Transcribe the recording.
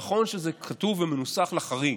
נכון שזה כתוב ומנוסח כחריג,